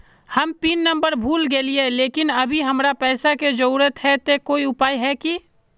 हम pin number भूल गेलिये लेकिन अभी हमरा पैसा के जरुरत है ते कोई उपाय है की?